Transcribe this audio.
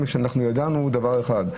שידענו דבר אחד,